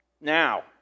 now